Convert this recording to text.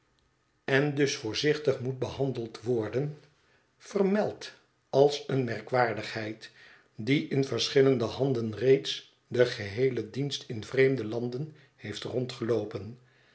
en dus voorzichtig moet behandeld worden vermeld als eene merkwaardigheid die in verschillende handen reeds den geheelen dienst in vreemde landen heeft rondgeloopen